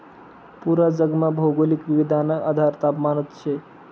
पूरा जगमा भौगोलिक विविधताना आधार तापमानच शे